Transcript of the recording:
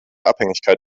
abhängigkeit